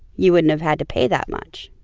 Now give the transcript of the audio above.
you wouldn't have had to pay that much.